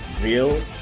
real